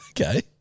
Okay